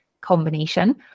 combination